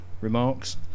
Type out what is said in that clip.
remarks